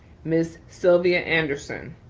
ms. sylvia anderson.